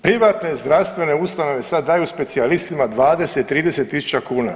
Privatne zdravstvene ustanove sad daju specijalistima 20, 30 tisuća kuna.